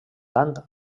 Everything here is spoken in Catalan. tant